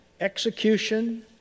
execution